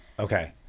Okay